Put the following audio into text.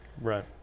Right